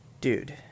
dude